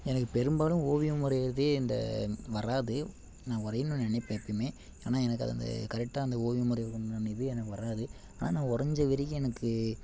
எனக்கு பெரும்பாலும் ஓவியம் வரைகிறதே இந்த வராது நான் வரையணுன்னு நினைப்பேன் எப்பேயுமே ஆனால் எனக்கு அது வந்து கரெக்டாக அந்த ஓவியம் வரைகிறதுக்கு உண்டான இது எனக்கு வராது ஆனால் நான் வரைஞ்ச வரைக்கும் எனக்கு